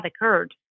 occurred